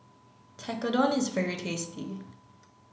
Tekkadon is very tasty